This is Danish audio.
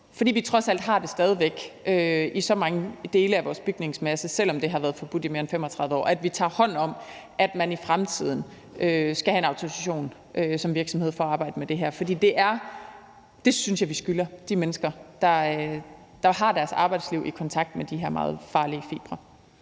fordi vi trods alt har det stadig væk i så mange dele af vores bygningsmasse, selv om det har været forbudt i mere end 35 år, tager hånd om, at man i fremtiden skal have en autorisation som virksomhed for at arbejde med det her. For det synes jeg, vi skylder de mennesker, der har deres arbejdsliv i kontakt med de her meget farlige fibre.